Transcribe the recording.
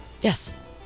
Yes